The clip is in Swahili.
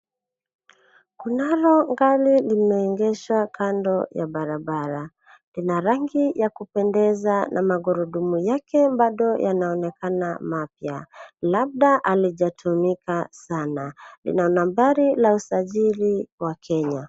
Kunalo gari limeegeshwa kando ya barabara. Lina rangi ya kupendeza na magurudumu yake bado yanaonekana mapya, labda halijatumika sana. Lina nambari la usajili wa Kenya.